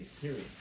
period